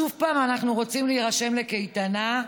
שוב פעם אנחנו רוצים להירשם לקייטנה,